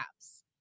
apps